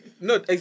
No